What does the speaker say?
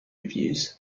reviews